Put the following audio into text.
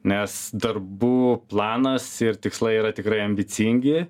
nes darbų planas ir tikslai yra tikrai ambicingi